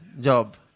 job